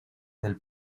del